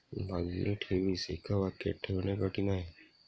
मागणी ठेवीस एका वाक्यात ठेवणे कठीण आहे